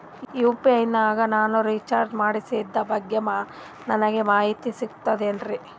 UPI ನಾಗ ನಾನು recharge ಮಾಡಿಸಿದ ಬಗ್ಗೆ ನನಗೆ ಮಾಹಿತಿ ಸಿಗುತೇನ್ರೀ?